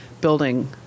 building